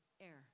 air